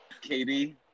Katie